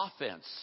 offense